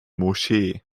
moschee